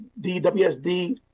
DWSD